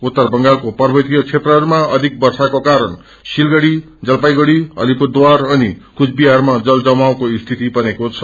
उत्तर बंगालको पार्वतीय क्षेत्रहरूमा अधिक वर्षाको कारण सिलगड़ी जलापाईगुड़ी अलिपुरद्वार अनि कूचबिझारमा जल जमाक्स्रो सिति बनेको छ